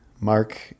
mark